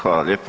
Hvala lijepo.